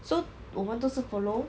so 我们都是 follow